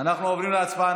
אנחנו עוברים להצבעה.